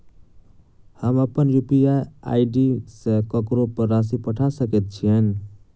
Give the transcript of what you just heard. हम अप्पन UPI ID सँ ककरो पर राशि पठा सकैत छीयैन?